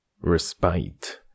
respite